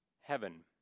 heaven